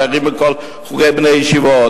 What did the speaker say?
גרים שמה כל סוגי בני-ישיבות.